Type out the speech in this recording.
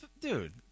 Dude